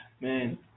man